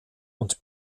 und